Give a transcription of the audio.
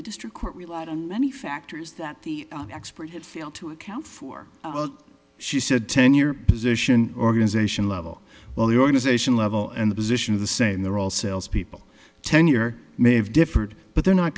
the district court relied on many factors that the expert had failed to account for she said tenured position organization level well the organization level and the position of the saying there all salespeople tenure may have differed but they're not